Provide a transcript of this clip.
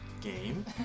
game